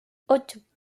ocho